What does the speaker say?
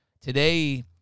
Today